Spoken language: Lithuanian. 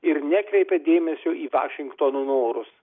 ir nekreipia dėmesio į vašingtono norus